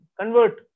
convert